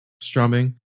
strumming